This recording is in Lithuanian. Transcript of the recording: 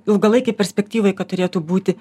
ilgalaikei perspektyvai kad turėtų būti